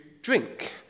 drink